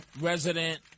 resident